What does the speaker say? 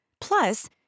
Plus